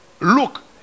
look